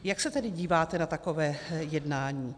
Jak se tedy díváte na takové jednání?